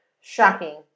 shocking